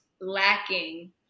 lacking